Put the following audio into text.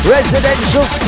Residential